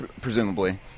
presumably